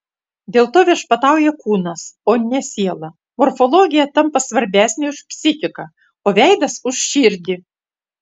dėl to viešpatauja kūnas o ne siela morfologija tampa svarbesnė už psichiką o veidas už širdį